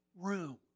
room